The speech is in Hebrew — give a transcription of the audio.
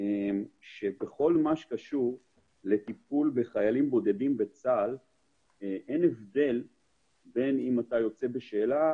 שבכל מה שקשור לטיפול בחיילים בודדים בצה"ל אין הבדל אם אתה יוצא בשאלה,